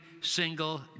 single